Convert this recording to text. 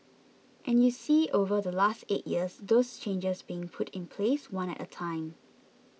and you see over the last eight years those changes being put in place one at a time